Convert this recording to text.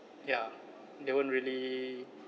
ya they weren't really